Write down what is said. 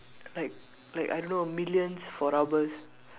like like I don't know million for rubbers